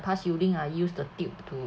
pass urine I use the tube to